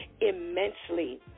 immensely